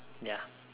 ya